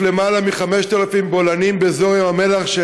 יש יותר מ-5,000 בולענים באזור ים המלח.